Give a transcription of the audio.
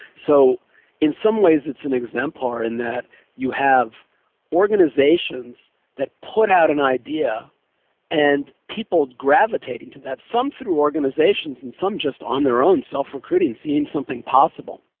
so in some ways it's an exemplar in that you have organisations that put out an idea and people gravitating to that, some through organisations and some just on their own, self-recruiting, seeing something possible.